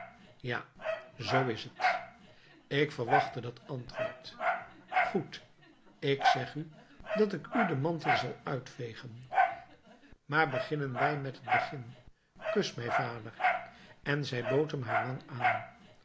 ja zoo is het ik verwachtte dat antwoord goed ik zeg u dat ik u den mantel zal uitvegen maar beginnen wij met het begin kus mij vader en zij bood hem haar wang aan